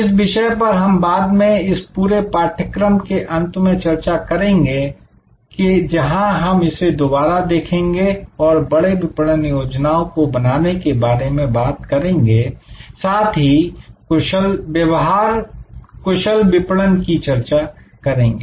इस विषय पर हम बाद में इस पूरे पाठ्यक्रम के अंत में चर्चा करेंगे जहां हम इसे दोबारा देखेंगे और बड़े विपणन योजनाओं को बनाने के बारे में बात करेंगे साथ ही व्यवहार कुशल विपणन की चर्चा करेंगे